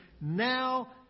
now